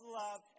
love